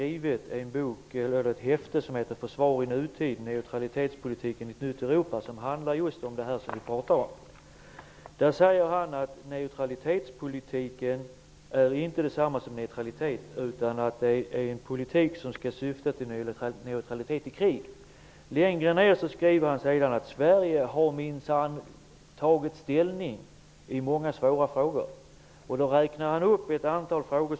I det häfte som Pär Granstedt har utarbetat -- Europa -- som handlar om just det som vi här talar om säger Pär Granstedt att neutralitetspolitiken inte är detsamma som neutralitet, utan att det är en politik som skall syfta till neutralitet i krig. Sedan skriver han: Sverige har minsann tagit ställning i många svåra frågor. Pär Granstedt räknar upp ett antal frågor.